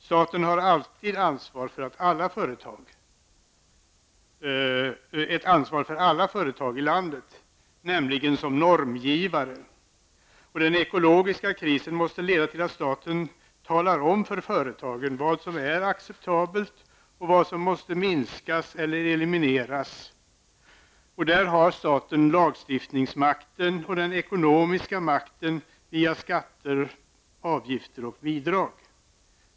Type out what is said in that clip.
Staten har alltid ett ansvar för alla företag i landet, nämligen som normgivare. Den ekologiska krisen måste leda till att staten talar om för företagen vad som är acceptabelt och vad som måste minskas eller elimineras. Staten har både lagstiftningsmakten och den ekonomiska makten via skatter, avgifter och bidrag.